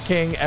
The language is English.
King